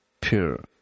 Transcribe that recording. pure